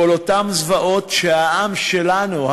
כל אותן זוועות שהעם שלנו,